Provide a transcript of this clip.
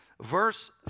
verse